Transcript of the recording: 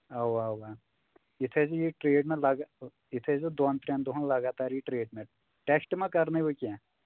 اَوا اَوا یہِ تھٲے زِ یہِ ٹریٖٹمنٛٹ لگا یہِ تھٲے زیو دۄن ترٛٮ۪ن دۄہَن لگاتار یہِ ٹرٛیٖٹمنٛٹ ٹٮ۪سٹ ما کَرنٲوٕ کیٚنٛہہ